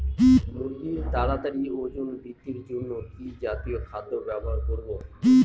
মুরগীর তাড়াতাড়ি ওজন বৃদ্ধির জন্য কি জাতীয় খাদ্য ব্যবহার করব?